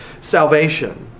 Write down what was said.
salvation